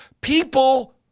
people